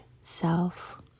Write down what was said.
self